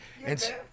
it's-